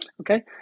Okay